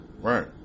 Right